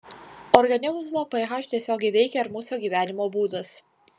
organizmo ph tiesiogiai veikia ir mūsų gyvenimo būdas